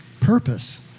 purpose